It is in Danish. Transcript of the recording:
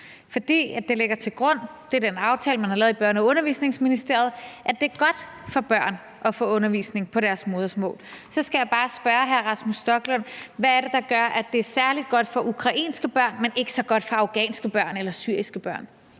og Undervisningsministeriet – at det er godt for børn at få undervisning på deres modersmål. Så skal jeg bare spørge hr. Rasmus Stoklund: Hvad er det, der gør, at det er særlig godt for ukrainske børn, men ikke så godt for afghanske børn eller syriske børn?